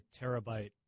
terabyte